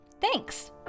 Thanks